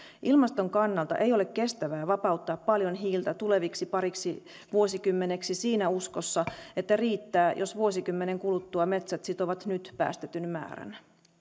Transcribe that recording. ilmaston kannalta ei ole kestävää vapauttaa paljon hiiltä tuleviksi pariksi vuosikymmeneksi siinä uskossa että riittää jos vuosikymmenen kuluttua metsät sitovat nyt päästetyn määrän